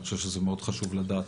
מאוד חשוב לדעת.